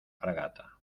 fragata